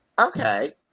Okay